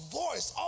voice